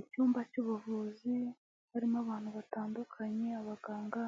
Icyumba cy'ubuvuzi harimo abantu batandukanye abaganga,